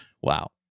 Wow